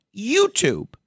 YouTube